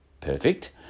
perfect